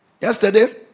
Yesterday